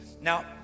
Now